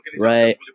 right